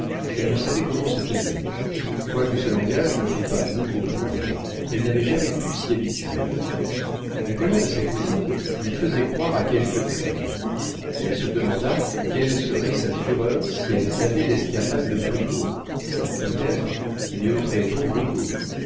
elle ne savait comment se tenir quoique ce langage ne fût pas nouveau pour elle elle n'avait jamais pu s'y habituer la colère de sa cousine lui faisait croire à quelque crime elle se demanda quelle serait sa fureur si elle savait l'escapade de brigaut peut-être lui ôterait on